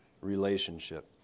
relationship